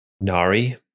Nari